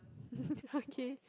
okay